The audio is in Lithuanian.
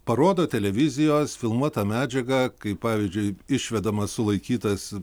parodo televizijos filmuotą medžiagą kaip pavyzdžiui išvedamas sulaikytas